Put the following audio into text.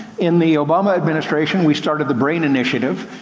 in the obama administration we started the brain initiative,